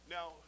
Now